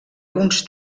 uns